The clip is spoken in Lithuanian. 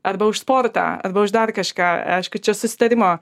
arba už sportą arba už dar kažką aišku čia susitarimo